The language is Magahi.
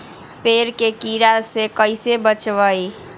पेड़ के कीड़ा से कैसे बचबई?